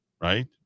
right